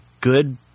good